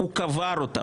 הוא קבר אותה.